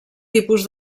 tipus